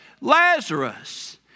Lazarus